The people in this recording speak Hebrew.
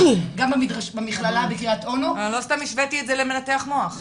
גם במכללה בקרית אונו -- לא סתם השוויתי את זה למנתח מוח,